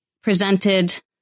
presented